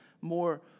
more